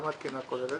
מה התקינה הכוללת?